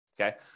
okay